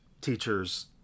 teachers